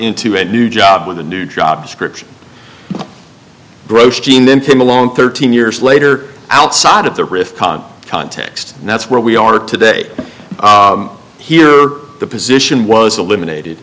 into a new job with a new job description broche gene then came along thirteen years later outside of the rift context and that's where we are today here the position was eliminated